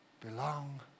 belong